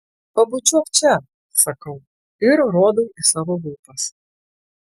pabučiuok čia sakau ir rodau į savo lūpas